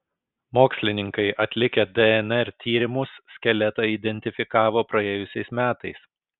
mokslininkai atlikę dnr tyrimus skeletą identifikavo praėjusiais metais